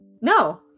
no